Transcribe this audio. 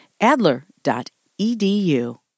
Adler.edu